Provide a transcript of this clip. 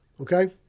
Okay